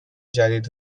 جدید